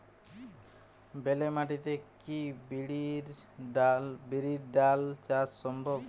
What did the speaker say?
বেলে মাটিতে কি বিরির ডাল চাষ সম্ভব?